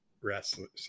wrestlers